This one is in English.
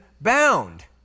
bound